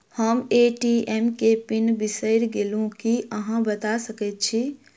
हम ए.टी.एम केँ पिन बिसईर गेलू की अहाँ बता सकैत छी?